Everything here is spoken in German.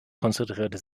konzentrierte